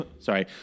sorry